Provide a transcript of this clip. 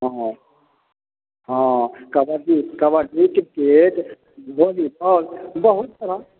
हँ हँ kabaddi kabaddi cricket volleyball बहुत सारा